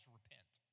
repent